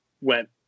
went